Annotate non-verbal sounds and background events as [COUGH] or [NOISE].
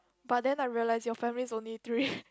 but then I realised your family is only three [BREATH]